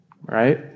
right